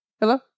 Hello